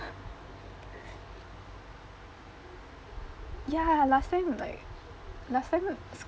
ya last time like last time